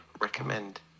recommend